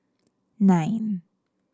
nine